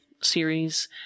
series